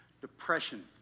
depression